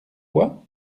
pois